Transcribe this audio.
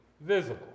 visible